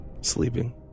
sleeping